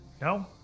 No